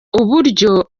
uburyo